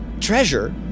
treasure